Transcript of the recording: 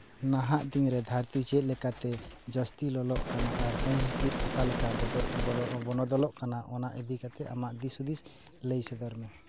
ᱱᱟᱦᱟᱜ ᱫᱤᱱᱨᱮ ᱫᱷᱟᱹᱨᱛᱤ ᱪᱮᱫ ᱞᱮᱠᱟᱛᱮ ᱡᱟᱹᱥᱛᱤ ᱞᱚᱞᱚᱜ ᱠᱟᱱᱟ ᱟᱨ ᱦᱚᱭ ᱦᱤᱸᱥᱤᱫ ᱚᱠᱟᱞᱮᱠᱟ ᱵᱚᱫᱚᱞ ᱵᱚᱱᱚᱫᱚᱞᱚᱜ ᱠᱟᱱᱟ ᱚᱱᱟ ᱤᱫᱤ ᱠᱟᱛᱮᱫ ᱟᱢᱟᱜ ᱫᱤᱥᱦᱩᱫᱤᱥ ᱞᱟᱹᱭ ᱥᱚᱫᱚᱨ ᱢᱮ